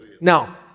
Now